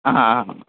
हा